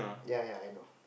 ya ya I know